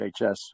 HHS